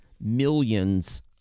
millions